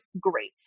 great